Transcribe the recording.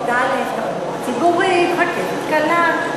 רכבת קלה.